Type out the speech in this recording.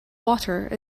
water